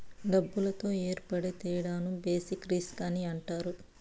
డబ్బులతో ఏర్పడే తేడాను బేసిక్ రిస్క్ అని అంటారు